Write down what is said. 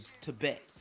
Tibet